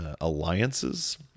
alliances